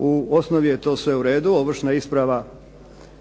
U osnovi je to u redu, ovršna isprava